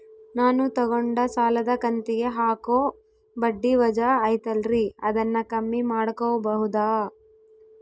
ನಾನು ತಗೊಂಡ ಸಾಲದ ಕಂತಿಗೆ ಹಾಕೋ ಬಡ್ಡಿ ವಜಾ ಐತಲ್ರಿ ಅದನ್ನ ಕಮ್ಮಿ ಮಾಡಕೋಬಹುದಾ?